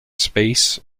space